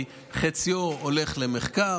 כי חציו הולך למחקר.